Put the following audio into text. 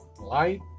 light